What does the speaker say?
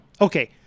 Okay